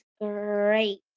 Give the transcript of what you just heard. great